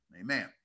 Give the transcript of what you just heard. Amen